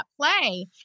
play